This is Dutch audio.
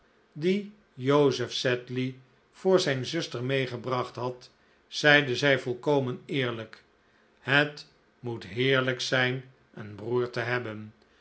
die joseph sedley voor zijn zuster meegebracht had zeide zij volkomen eerlijk het moet heerlijk zijn een broer te hebben